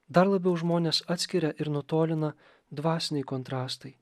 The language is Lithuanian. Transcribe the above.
dar labiau žmones atskiria ir nutolina dvasiniai kontrastai